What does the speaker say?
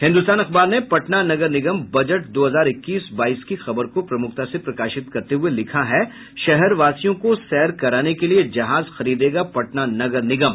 हिन्दुस्तान अखबार ने पटना नगर निगम बजट दो हजार इक्कीस बाईस की खबर को प्रमुखता से प्रकाशित करते हुए लिखा है शहरवासियों को सैर कराने के लिए जहाज खरीदेगा पटना नगर निगम